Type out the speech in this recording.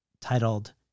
titled